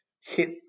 hit